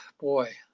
boy